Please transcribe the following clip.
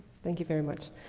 thank you very much.